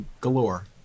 galore